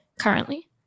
currently